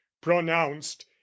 pronounced